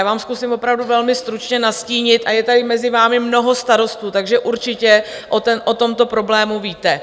Já vám zkusím opravdu velmi stručně nastínit a je tady mezi vámi mnoho starostů, takže určitě o tomto problému víte.